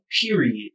period